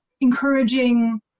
encouraging